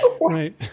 right